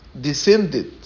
descended